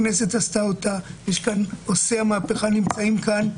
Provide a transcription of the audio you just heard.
הכנסת עשתה אותה עושי המהפכה נמצאים כאן,